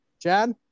Chad